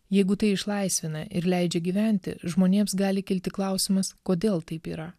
jeigu tai išlaisvina ir leidžia gyventi žmonėms gali kilti klausimas kodėl taip yra